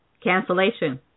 Cancellation